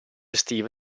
estive